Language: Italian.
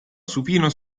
supino